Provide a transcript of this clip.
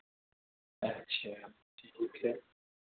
اچھا ٹھیک ہے